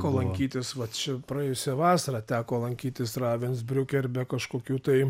teko lankytis vat ši praėjusią vasarą teko lankytis ravensbriuke ir be kažkokių tai